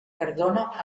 cardona